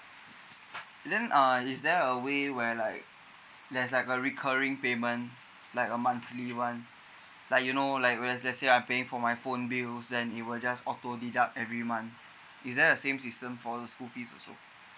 then uh is there a way where like there's like a recurring payment like a monthly one like you know like where let say I paying for my phone bills then it will just auto deduct every month is there a same system for the school fees also